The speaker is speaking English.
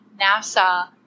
NASA